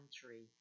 country